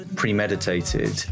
premeditated